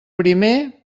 primer